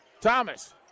Thomas